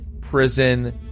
prison